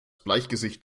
bleichgesicht